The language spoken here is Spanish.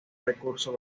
recurso